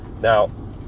Now